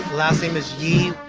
last name is yee.